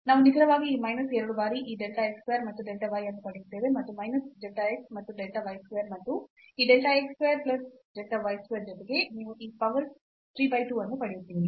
ನಾವು ನಿಖರವಾಗಿ ಈ ಮೈನಸ್ 2 ಬಾರಿ ಈ delta x square ಮತ್ತು delta y ಅನ್ನು ಪಡೆಯುತ್ತೇವೆ